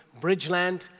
Bridgeland